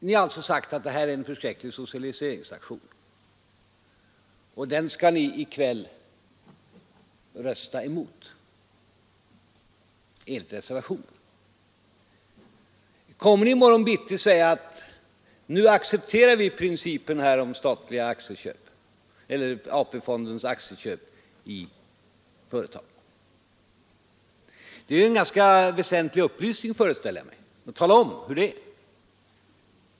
Ni har alltså sagt att det här är en förskräcklig socialiseringsaktion, och den skall ni i kväll rösta emot enligt era reservationer. Får jag nu upprepa den enda fråga jag ställde i mitt inledningsanförande: Kommer ni i morgon bitti att säga: ”Nu accepterar vi principen om AP-fondens aktieköp i företag?” Det är en ganska väsentlig upplysning, föreställer jag mig, om ni talar om det här.